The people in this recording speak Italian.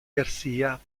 garcía